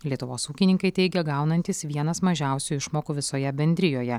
lietuvos ūkininkai teigia gaunantys vienas mažiausių išmokų visoje bendrijoje